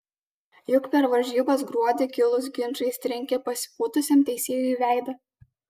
juk per varžybas gruodį kilus ginčui jis trenkė pasipūtusiam teisėjui į veidą